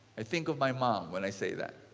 i think of my mom when i say that.